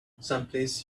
someplace